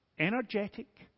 energetic